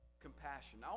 Compassion